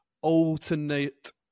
alternate